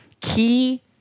key